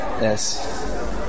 Yes